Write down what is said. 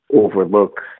overlook